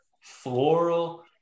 floral